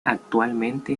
actualmente